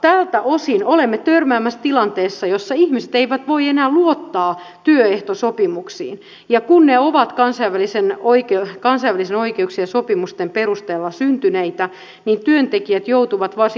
tältä osin olemme törmäämässä tilanteeseen jossa ihmiset eivät voi enää luottaa työehtosopimuksiin ja kun ne ovat kansainvälisten oikeuksien sopimusten perusteella syntyneitä niin työntekijät joutuvat varsin kohtuuttomaan asemaan